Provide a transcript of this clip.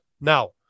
Now